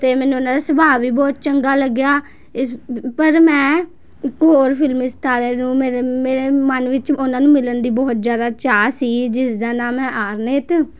ਅਤੇ ਮੈਨੂੰ ਓਹਨਾਂ ਦਾ ਸੁਭਾਅ ਵੀ ਬਹੁਤ ਚੰਗਾ ਲੱਗਿਆ ਇਸ ਪਰ ਮੈਂ ਹੋਰ ਫਿਲਮੀ ਸਤਾਰੇ ਨੂੰ ਮੇਰੇ ਮੇਰੇ ਮਨ ਵਿੱਚ ਓਹਨਾਂ ਨੂੰ ਮਿਲਣ ਦੀ ਬਹੁਤ ਜ਼ਿਆਦਾ ਚਾਅ ਸੀ ਜਿਸ ਦਾ ਨਾਮ ਹੈ ਆਰ ਨੇਤ